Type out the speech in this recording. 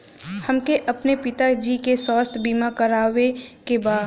हमके अपने पिता जी के स्वास्थ्य बीमा करवावे के बा?